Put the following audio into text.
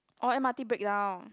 oh M_R_T breakdown